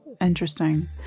Interesting